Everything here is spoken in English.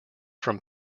from